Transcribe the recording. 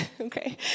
Okay